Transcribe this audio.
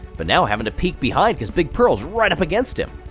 but now having a peek behind, cause big pearl's right up against him.